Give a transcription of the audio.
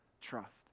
trust